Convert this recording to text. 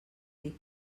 dir